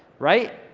right?